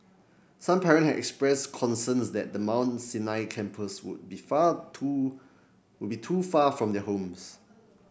some parent had expressed concerns that the Mount Sinai campus would be far too would be too far from their homes